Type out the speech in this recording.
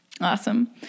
Awesome